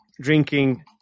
drinking